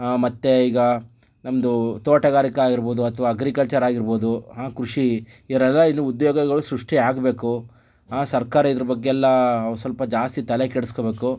ಮತ್ತೆ ಈಗ ನಮ್ಮದು ತೋಟಗಾರಿಕೆ ಆಗಿರ್ಬೋದು ಅಥವಾ ಅಗ್ರಿಕಲ್ಚರ್ ಆಗಿರ್ಬೋದು ಕೃಷಿ ಇವರೆಲ್ಲ ಇಲ್ಲಿ ಉದ್ಯೋಗಗಳು ಸೃಷ್ಟಿ ಆಗಬೇಕು ಸರ್ಕಾರ ಇದರ ಬಗ್ಗೆ ಎಲ್ಲ ಸ್ವಲ್ಪ ಜಾಸ್ತಿ ತಲೆ ಕೆಡಿಸಿಕೊಬೇಕು